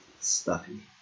stuffy